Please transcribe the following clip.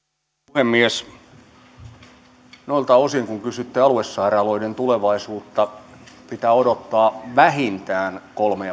puhemies noilta osin kun kysytte aluesairaaloiden tulevaisuutta pitää odottaa vähintään kolme